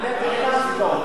עלה תאנה עשית אותו.